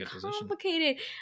complicated